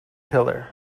pillar